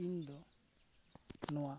ᱤᱧ ᱫᱚ ᱱᱚᱣᱟ